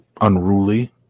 Unruly